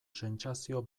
sentsazio